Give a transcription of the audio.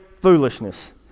foolishness